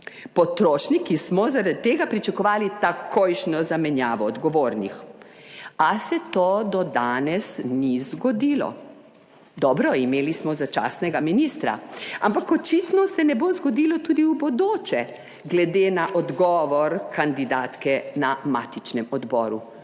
Potrošniki smo zaradi tega pričakovali takojšnjo zamenjavo odgovornih, a se to do danes ni zgodilo. Dobro, imeli smo začasnega ministra, ampak očitno se ne bo zgodilo tudi v bodoče glede na odgovor kandidatke na matičnem odboru.